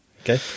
Okay